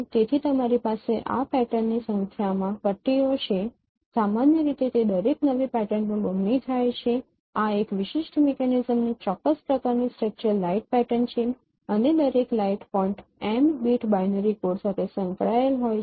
તેથી તમારી પાસે આ પેટર્નની સંખ્યામાં પટ્ટીઓ છે સામાન્ય રીતે તે દરેક નવી પેટર્ન પર બમણી થઈ જાય છે આ એક વિશિષ્ટ મિકેનિઝમની ચોક્કસ પ્રકારની સ્ટ્રક્ચર્ડ લાઇટ પેટર્ન છે અને દરેક light point m bit binary code સાથે સંકળાયેલ છે